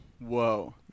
Whoa